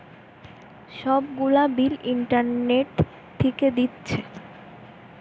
সব গুলা bill internet থিকে দিচ্ছে